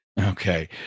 okay